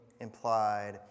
implied